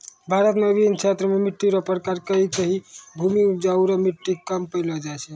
भारत मे बिभिन्न क्षेत्र मे मट्टी रो प्रकार कहीं कहीं भूमि उपजाउ रो मट्टी कम पैलो जाय छै